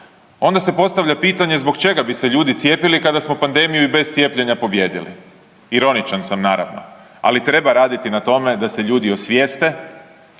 onda se postavlja pitanje zbog čega bi se ljudi cijepili kada smo pandemiju i bez cijepljenja pobijedili. Ironičan sam naravno, ali treba raditi na tome da se ljudi osvijeste,